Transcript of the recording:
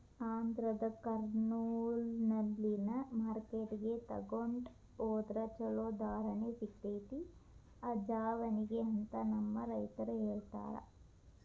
ಆಂಧ್ರದ ಕರ್ನೂಲ್ನಲ್ಲಿನ ಮಾರ್ಕೆಟ್ಗೆ ತೊಗೊಂಡ ಹೊದ್ರ ಚಲೋ ಧಾರಣೆ ಸಿಗತೈತಿ ಅಜವಾನಿಗೆ ಅಂತ ನಮ್ಮ ರೈತರು ಹೇಳತಾರ